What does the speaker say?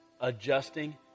adjusting